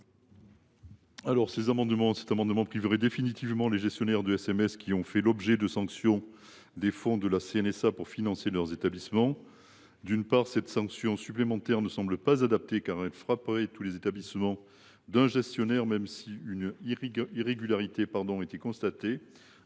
de cet amendement priverait définitivement les gestionnaires d’ESMS ayant fait l’objet de sanctions des fonds de la CNSA pour financer leurs établissements. D’une part, cette sanction supplémentaire ne semble pas adaptée, car elle frapperait tous les établissements d’un gestionnaire, quand bien même une irrégularité serait constatée